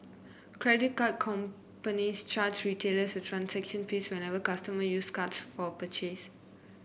credit card companies charge retailers a transaction fee whenever customers use cards for a purchase